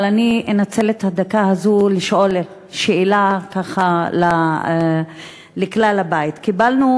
אבל אני אנצל את הדקה הזאת לשאול שאלה את כלל הבית: קיבלנו